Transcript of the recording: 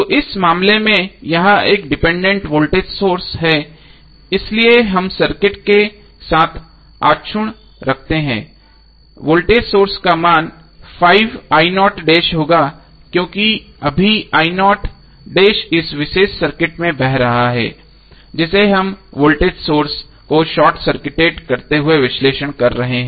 तो इस मामले में यह एक डिपेंडेंट वोल्टेज सोर्स है इसलिए हम सर्किट के साथ अक्षुण्ण रखते हैं वोल्टेज सोर्स का मान होगा क्योंकि अभी इस विशेष सर्किट में बह रहा है जिसे हम वोल्टेज सोर्स को शॉर्ट सर्किटेड करते हुए विश्लेषण कर रहे हैं